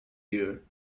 there